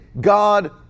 God